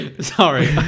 Sorry